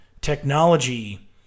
technology